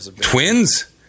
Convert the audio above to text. Twins